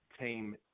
team